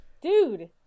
Dude